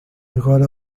agora